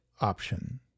option